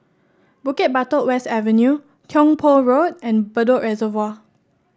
Bukit Batok West Avenue Tiong Poh Road and Bedok Reservoir